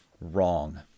wrong